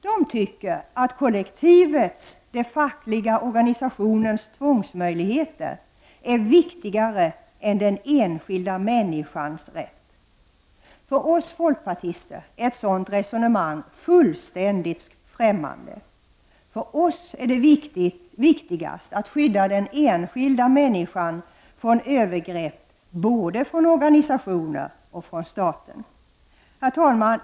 De tycker att kollektivet -- den fackliga organisationens tvångsmöjligheter -- är viktigare än den enskilda människans rätt. För oss folkpartister är ett sådant resonemang fullständigt främmande. För oss är det viktigast att skydda den enskilda människan från övergrepp både från organisationer och från staten. Herr talman!